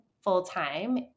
full-time